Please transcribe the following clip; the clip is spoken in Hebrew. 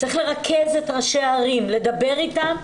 צריך לרכז את ראשי העיריות, לדבר איתם.